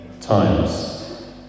times